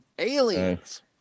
Aliens